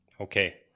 Okay